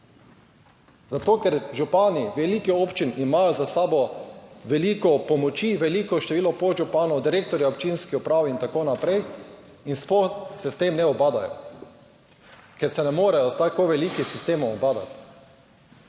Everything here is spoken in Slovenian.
Zato, ker župani velikih občin imajo za sabo veliko pomoči, veliko število podžupanov, direktorjev občinskih uprav in tako naprej, in sploh se s tem ne ubadajo, ker se ne morejo s tako velikim sistemom ubadati.